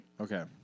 Okay